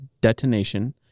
detonation